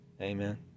Amen